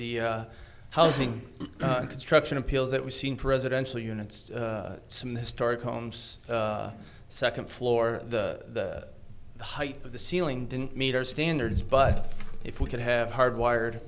the housing and construction appeals that we've seen for residential units some historic homes second floor the height of the ceiling didn't meet our standards but if we could have hardwired